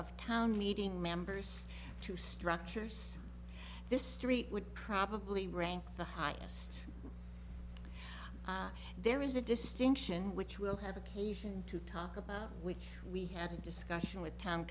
of town meeting members to structures this street would probably rank the highest there is a distinction which will have occasion to talk about which we had a discussion with town